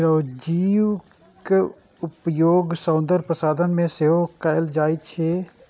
चिरौंजीक उपयोग सौंदर्य प्रसाधन मे सेहो कैल जाइ छै